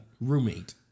roommate